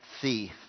thief